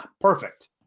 Perfect